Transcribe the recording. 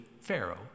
Pharaoh